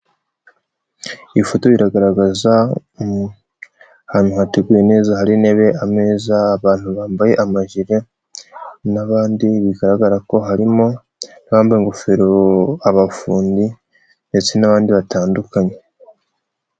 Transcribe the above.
Iyi foto iragaragaza ahantu hateguye neza, hari intebe, ameza, abantu bambaye amajire n'abandi, bigaragara ko harimo, abambaye ingofero, abafundi ndetse n'abandi batandukanye.